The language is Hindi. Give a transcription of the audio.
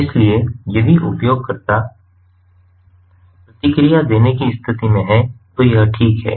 इसलिए यदि उपयोगकर्ता प्रतिक्रिया देने की स्थिति में है तो यह ठीक है